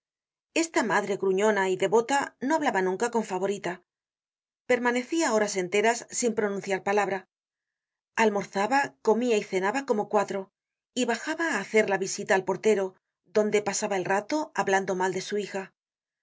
esta madre gruñona y devota no hablaba nunca con favorita permanecia horas enteras sin pronunciar palabra almorzaba comia y content from google book search generated at content from google book search generated at content from google book search generated at cenaba como cuatro y bajaba á hacer la visita al portero donde pasaba el rato hablando mal de su hija